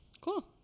Cool